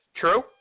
True